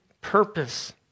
purpose